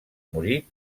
morir